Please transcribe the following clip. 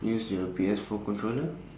use the P_S four controller